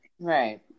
Right